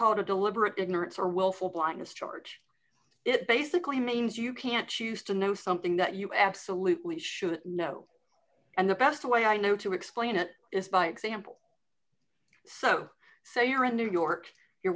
called a deliberate ignorance or willful blindness charge it basically means you can't choose to know something that you absolutely should know and the best way i know to explain it is by example so say you're in new york you're